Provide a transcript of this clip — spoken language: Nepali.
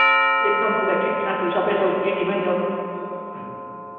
एकदम पुरा केटी साथी सबै छ हौ केटी पनि छ हौ